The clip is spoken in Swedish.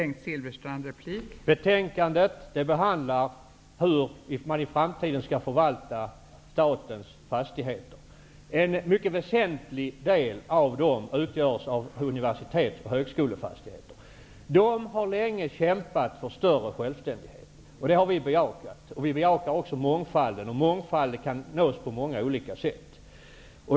Fru talman! I det här betänkandet behandlas frågan om hur statens fastigheter skall förvaltas i framtiden. En mycket väsentlig del av dem utgörs av universitets och högskolefastigheter. Universiteten och högskolorna har länge kämpat för större självständighet, och det har vi bejakat. Vi bejakar också mångfalden. Mångfald kan nås på många olika sätt.